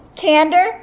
Candor